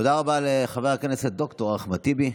תודה רבה לחבר הכנסת ד"ר אחמד טיבי.